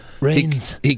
Rains